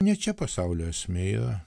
ne čia pasaulio esmė yra